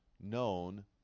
known